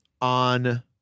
on